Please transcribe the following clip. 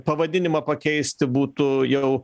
pavadinimą pakeisti būtų jau